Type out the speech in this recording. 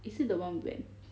is it the one we went